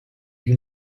you